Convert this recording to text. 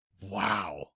Wow